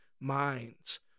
minds